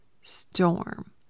storm